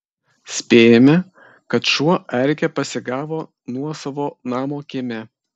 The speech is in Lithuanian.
spėjame kad šuo erkę pasigavo nuosavo namo kieme